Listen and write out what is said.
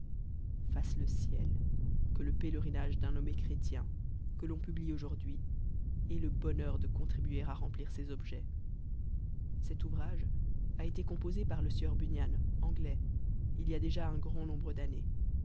fasse le ciel que levpéléi nabe d'un nommé chrétien que l'on publie au fm'd'bui ait le bonheur de colltrihucr il remplir ses objets cet ouvrage a été coœ posé par le situr bunian anglais il y a déjla ud grand nombre d'ann